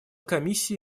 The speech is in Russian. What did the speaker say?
комиссии